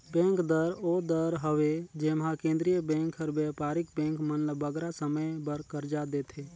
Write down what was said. bank दर ओ दर हवे जेम्हां केंद्रीय बेंक हर बयपारिक बेंक मन ल बगरा समे बर करजा देथे